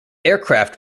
aircraft